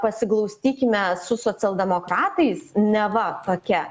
pasiglaustykime su socialdemokratais neva tokia